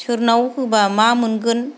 सोरनाव होब्ला मा मोनगोन